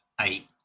eight